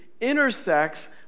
intersects